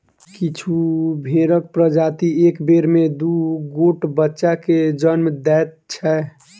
किछु भेंड़क प्रजाति एक बेर मे दू गोट बच्चा के जन्म दैत छै